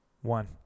One